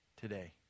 today